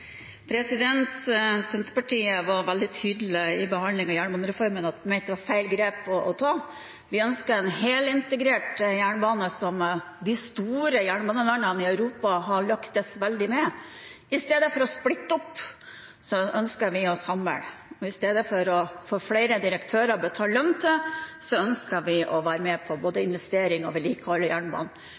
Senterpartiet var veldig tydelig i behandlingen av jernbanereformen og mente det var feil grep å ta. Vi ønsker en helintegrert jernbane, som de store jernbanelandene i Europa har lyktes veldig med. I stedet for å splitte opp ønsker vi å samle, og i stedet for å få flere direktører å betale lønn til ønsker vi å være med både på investeringer og på å vedlikeholde jernbanen.